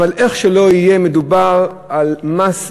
איך שלא יהיה מדובר על מס מזערי,